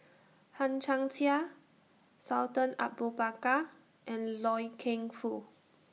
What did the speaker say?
Hang Chang Chieh Sultan Abu Bakar and Loy Keng Foo